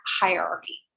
hierarchy